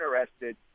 interested